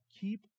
Keep